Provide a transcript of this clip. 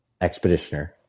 Expeditioner